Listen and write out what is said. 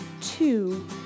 two